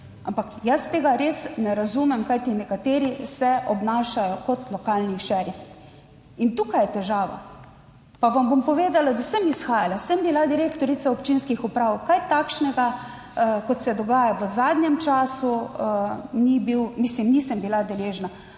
Ampak jaz tega res ne razumem, kajti nekateri se obnašajo kot lokalni šerifi. In tukaj je težava, pa vam bom povedala, da sem izhajala, sem bila direktorica občinskih uprav. Kaj takšnega kot se dogaja v zadnjem času, ni bil, mislim nisem bila deležna,